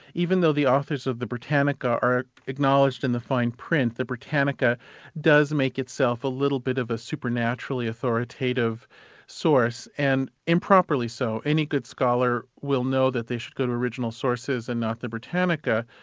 even though the authors of the britannica are acknowledged in the fine print, the britannica does make itself a little bit of a supernaturally authoritative source, and improperly so. any good scholar will know that they should go to original sources and not the britannica.